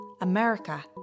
America